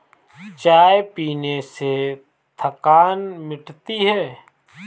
चाय पीने से थकान मिटती है